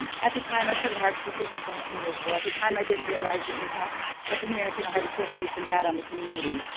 um at the time i started at heart association seventeen years ago. at the time, i didn't realize the impact that the american heart association had on the community,